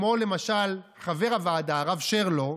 כמו למשל חבר הוועדה הרב שרלו,